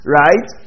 right